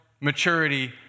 maturity